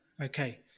okay